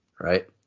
right